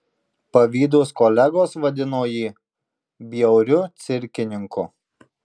pavydūs kolegos vadino jį bjauriu cirkininku